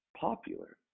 popular